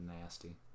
Nasty